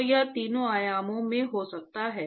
तो यह तीनों आयामों में हो सकता है